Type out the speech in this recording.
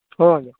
ହଁ ଆଜ୍ଞା